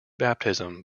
baptism